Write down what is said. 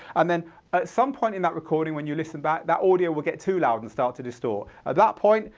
and then at some point in that recording when you listen back that audio will get too loud, and start to distort. at that point,